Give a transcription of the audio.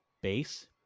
base